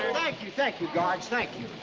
you. thank you, guards. thank you.